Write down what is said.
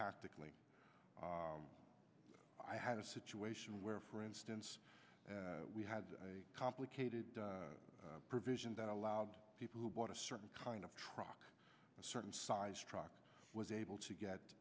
tactically i had a situation where for instance we had a complicated provision that allowed people who bought a certain kind of truck a certain size truck was able to get